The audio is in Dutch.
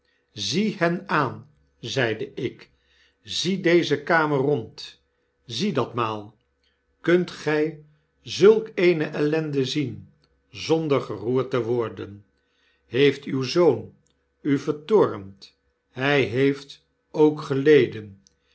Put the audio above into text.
zie hen aan zeide ik zie deze kamer rond zie dat maal i kunt gy zulk eene ellende zien zonder geroerd te worden heeft uw zoon u vertoornd hy heeft ook geleden